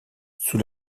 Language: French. sous